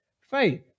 faith